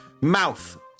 Mouth